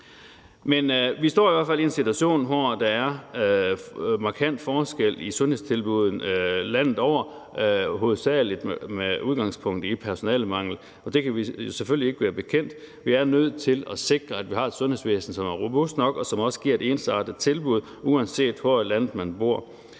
Men vi står i hvert fald i en situation, hvor der er markante forskelle i sundhedstilbuddene landet over, hovedsagelig med udgangspunkt i personalemangel, og det kan vi selvfølgelig ikke være bekendt. Vi er nødt til at sikre, at vi har et sundhedsvæsen, som er robust nok, og som også giver et ensartet tilbud, uafhængigt af hvor i landet man bor.